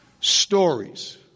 stories